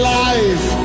life